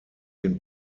den